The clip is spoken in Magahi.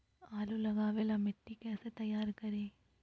आलु लगावे ला मिट्टी कैसे तैयार करी?